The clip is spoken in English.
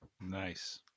Nice